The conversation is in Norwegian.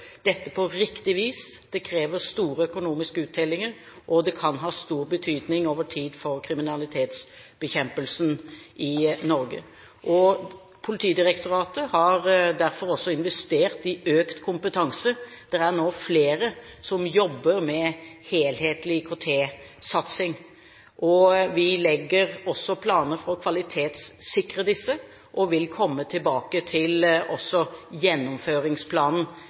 dette på riktig vis. Det krever store økonomiske uttellinger, og det kan ha stor betydning over tid for kriminalitetsbekjempelsen i Norge. Politidirektoratet har derfor også investert i økt kompetanse. Det er nå flere som jobber med helhetlig IKT-satsing. Vi legger også planer for å kvalitetssikre dette og vil komme tilbake til gjennomføringsplanen også.